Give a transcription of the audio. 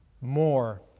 more